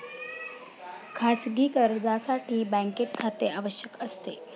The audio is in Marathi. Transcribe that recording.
खाजगी कर्जासाठी बँकेत खाते आवश्यक असते